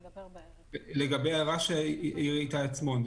לגבי הערה שהעיר איתי עצמון?